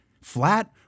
flat